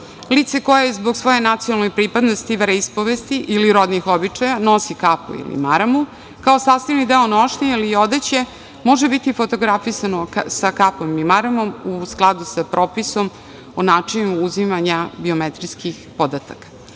Lice koje zbog svoje nacionalne pripadnosti, veroispovesti ili rodnih običaja, nosi kapu ili maramu, kao sastavni deo nošnje ili odeće, može biti fotografisano sa kapom i maramom, u skladu sa propisom o načinu uzimanja biometrijskih podataka. Lična